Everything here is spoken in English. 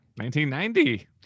1990